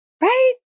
Right